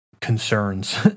concerns